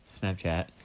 Snapchat